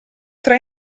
tra